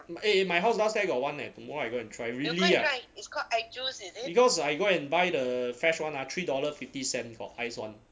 eh my house downstair got one eh tomorrow I go and try really ah because I go and buy the fresh [one] ah three dollar fifty cent got ice [one]